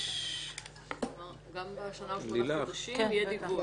וחשבון על יישום הוראות חוק זה,